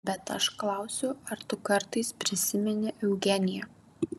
bet aš klausiu ar tu kartais prisimeni eugeniją